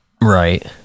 Right